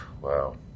wow